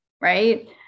Right